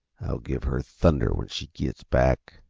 i'll give her thunder when she gits back.